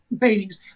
paintings